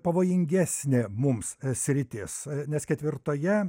pavojingesnė mums sritys nes ketvirtoje